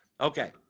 Okay